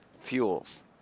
fuels